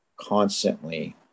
constantly